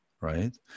right